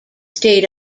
stayed